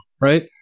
right